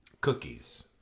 cookies